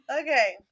Okay